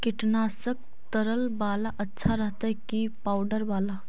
कीटनाशक तरल बाला अच्छा रहतै कि पाउडर बाला?